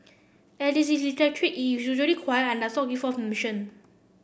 as it is electric it is unusually quiet and does not give off emission